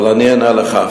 אבל אני אענה לך.